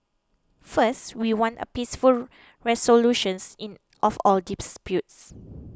first we want a peaceful resolutions in of all disputes